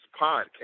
podcast